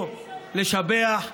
פה לשבח,